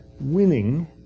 winning